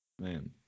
Man